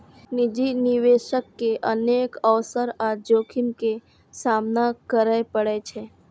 निजी निवेशक के अनेक अवसर आ जोखिम के सामना करय पड़ै छै